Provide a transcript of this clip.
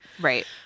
Right